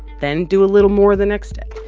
then do a little more the next day.